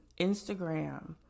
Instagram